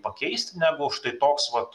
pakeisti negu štai toks vat